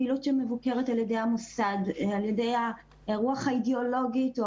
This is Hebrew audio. פעילות שמבוקרת על ידי המוסד ברוח האידיאולוגית או